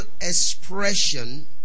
expression